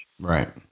right